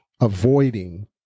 avoiding